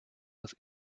das